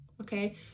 okay